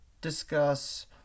discuss